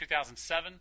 2007